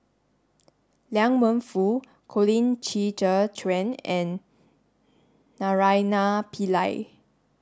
Liang Wenfu Colin Qi Zhe Quan and Naraina Pillai